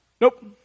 Nope